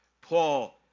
Paul